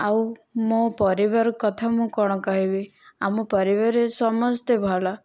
ଆଉ ମୋ ପରିବାର କଥା ମୁଁ କ'ଣ କହିବି ଆମ ପରିବାରରେ ସମସ୍ତେ ଭଲ